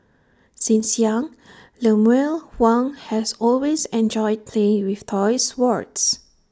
since young Lemuel Huang has always enjoyed playing with toy swords